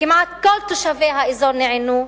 כמעט כל תושבי האזור נענו,